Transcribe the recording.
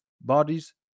bodies